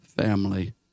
family